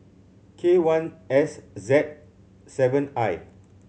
K one S Z seven I